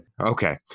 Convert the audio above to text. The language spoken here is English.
Okay